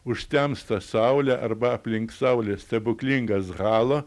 užtemsta saulė arba aplink saulę stebuklingas halo